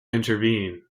intervene